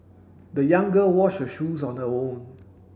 the young girl washed her shoes on her own